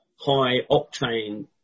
high-octane